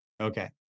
Okay